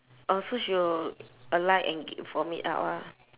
oh so she will alight and g~ vomit out ah